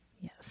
Yes